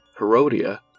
Herodia